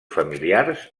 familiars